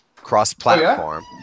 cross-platform